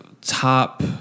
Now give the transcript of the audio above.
top